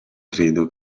credo